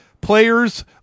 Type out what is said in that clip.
players